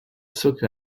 socle